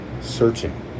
searching